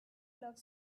love